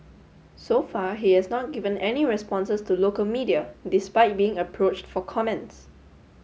so far he has not given any responses to local media despite being approached for comments